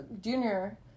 junior